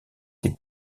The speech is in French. des